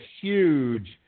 huge